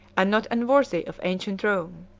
and not unworthy of ancient rome.